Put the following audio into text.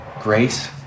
grace